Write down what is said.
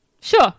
Sure